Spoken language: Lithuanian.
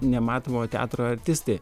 nematomo teatro artistai